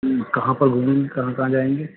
کہاں پر گھومیں گے کہاں کہاں جائیں گے